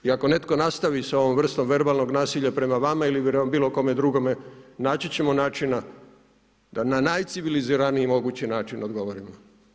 I ako netko nastavi sa ovom vrstom verbalnog nasilja prema vama ili prema bilo kome drugome naći ćemo načina da na najciviliziraniji mogući način odgovorimo.